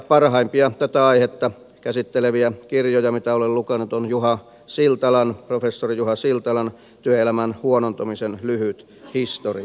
parhaimpia tätä aihetta käsitteleviä kirjoja mitä olen lukenut on professori juha siltalan työelämän huonontumisen lyhyt historia